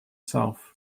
self